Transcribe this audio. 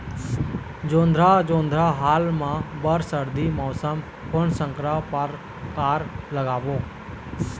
जोंधरा जोन्धरा हाल मा बर सर्दी मौसम कोन संकर परकार लगाबो?